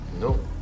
Nope